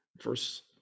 First